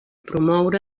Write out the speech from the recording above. promoure